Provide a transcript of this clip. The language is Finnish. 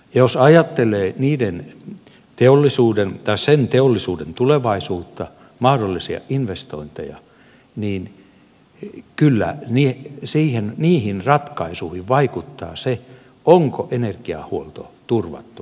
jos ajattelee sen teollisuuden tulevaisuutta mahdollisia investointeja niin kyllä niihin ratkaisuihin vaikuttaa se onko energiahuolto turvattu vai ei